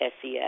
SES